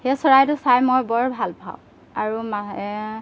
সেই চৰাইটো চাই মই বৰ ভাল পাওঁ আৰু